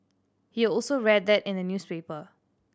he also read that in the newspaper